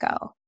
go